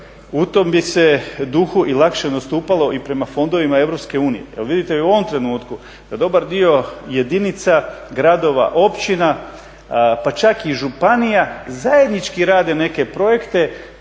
u tom bi se duhu i lakše nastupalo i prema fondovima EU. Jer vidite i u ovom trenutku da dobar dio jedinica, gradova, općina pa čak i županija zajednički rade neke projekte